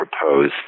propose